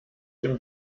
dem